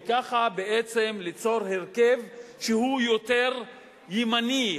וככה בעצם ליצור הרכב שהוא יותר ימני,